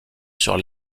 sur